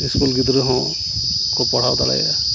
school ᱜᱤᱫᱽᱨᱟᱹ ᱦᱚᱸᱠᱚ ᱯᱟᱲᱦᱟᱣ ᱫᱟᱲᱮᱭᱟᱜᱼᱟ